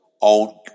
on